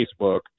Facebook